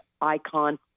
icon